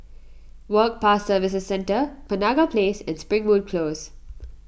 Work Pass Services Centre Penaga Place and Springwood Close